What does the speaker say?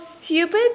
stupid